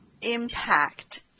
impact